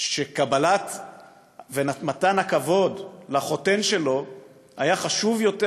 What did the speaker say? שקבלה ומתן כבוד לחותן שלו היה חשוב יותר,